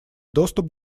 доступ